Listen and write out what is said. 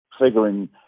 figuring